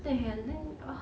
the hell then ugh